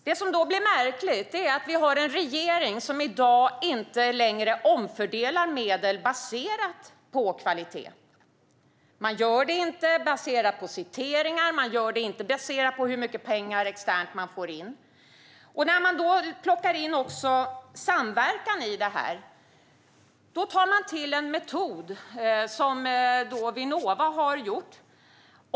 Det som då blir märkligt är att vi har en regering som i dag inte längre omfördelar medel baserat på kvalitet. Den gör det inte baserat på citeringar och inte på hur mycket pengar man externt får in. När man också plockar in samverkan i det tar man till en metod som Vinnova har gjort.